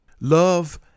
Love